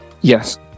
Yes